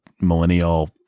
millennial